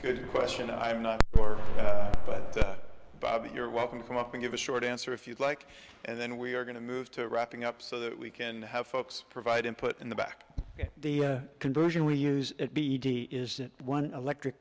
good question i'm not sure but bob you're welcome to come up and give a short answer if you'd like and then we're going to move to wrapping up so that we can have folks provide input in the back the conversion we use at b d is that one electric